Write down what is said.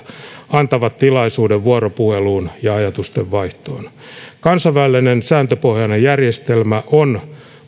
antavat tilaisuuden vuoropuheluun ja ajatustenvaihtoon kansainvälinen sääntöpohjainen järjestelmä on